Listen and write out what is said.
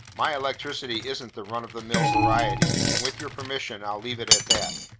my electricity isn't the run-of-the-mill variety, and with your permission, i'll leave it at that.